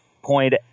point